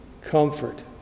comfort